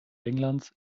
englands